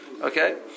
okay